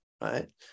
right